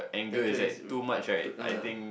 tantrum is uh to ah